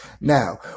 Now